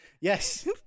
Yes